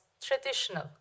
traditional